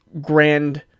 grand